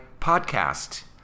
podcast